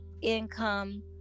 income